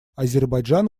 азербайджан